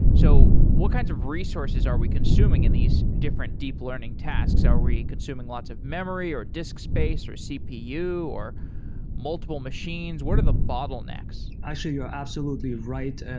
so what kinds of resources are we consuming in these different deep learning tasks? are we consuming lots of memory or disk space or cpu or multiple machines? what are the bottlenecks? actually, you are absolutely right. and